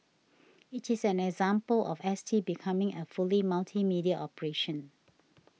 it is another example of S T becoming a fully multimedia operation